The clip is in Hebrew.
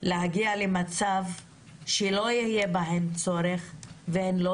להגיע למצב שלא יהיה בהן צורך ושהן לא